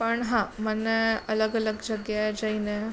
પણ હા મને અલગ અલગ જગ્યાએ જઈને